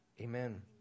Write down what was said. Amen